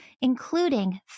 including